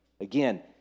Again